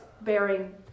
bearing